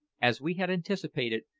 as we had anticipated,